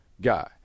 guy